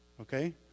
Okay